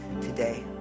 today